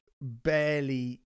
barely